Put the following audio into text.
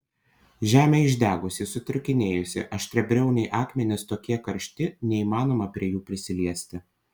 žemė išdegusi sutrūkinėjusi aštriabriauniai akmenys tokie karšti neįmanoma prie jų prisiliesti